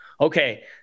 okay